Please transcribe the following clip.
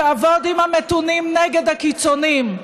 תעבוד עם המתונים נגד הקיצונים,